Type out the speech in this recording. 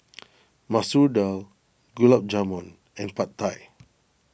Masoor Dal Gulab Jamun and Pad Thai